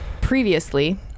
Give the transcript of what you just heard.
previously